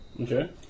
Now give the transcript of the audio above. Okay